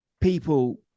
people